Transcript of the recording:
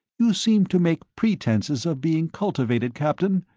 you seem to make pretenses of being cultivated, captain.